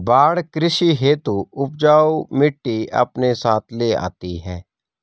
बाढ़ कृषि हेतु उपजाऊ मिटटी अपने साथ ले आती है